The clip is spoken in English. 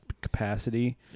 capacity